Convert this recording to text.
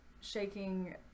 shaking